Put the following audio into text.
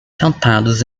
sentados